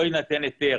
לא יינתן היתר.